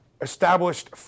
established